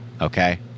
okay